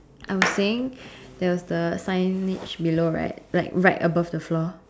I was saying there was the signage below right like above the floor